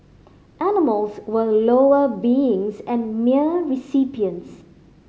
animals were lower beings and mere recipients